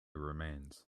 remains